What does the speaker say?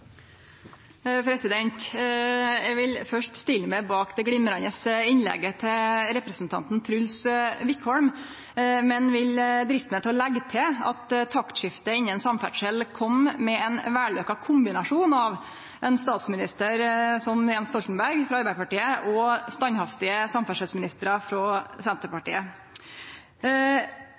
Eg vil først stille meg bak det glimrande innlegget til representanten Truls Wickholm, men vil driste meg til å leggje til at taktskiftet innan samferdsel kom med ein vellykka kombinasjon av ein statsminister som Jens Stoltenberg frå Arbeidarpartiet og standhaftige samferdselsministrar frå Senterpartiet.